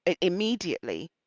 immediately